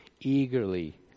eagerly